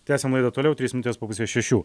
tęsiam laidą toliau trys minutės po pusės šešių